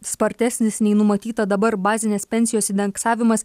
spartesnis nei numatyta dabar bazinės pensijos indeksavimas